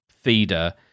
feeder